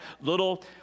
little